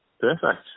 Perfect